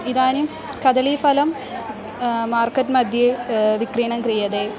इदानीं कदलीफलं मार्केट् मध्ये विक्रियणं क्रियते